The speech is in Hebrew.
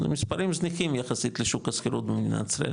זה מספרים זניחים יחסית לשוק השכירות במדינת ישראל,